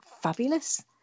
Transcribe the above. fabulous